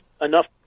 enough